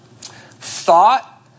thought